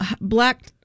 Black